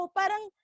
parang